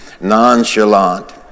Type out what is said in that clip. nonchalant